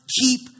keep